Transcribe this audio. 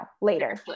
later